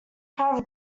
have